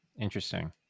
Interesting